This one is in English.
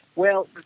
well,